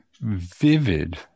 vivid